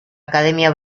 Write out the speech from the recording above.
academia